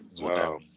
Wow